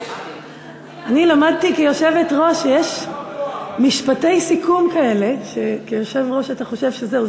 אני למדתי כיושבת-ראש שיש משפטי סיכום כאלה שכיושב-ראש אתה חושב שזהו,